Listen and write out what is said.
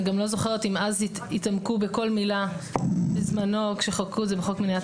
אני גם לא זוכרת אם בזמנו כאשר חוקקו את חוק מניעת